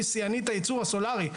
היא שיאנית הייצור הסולארי.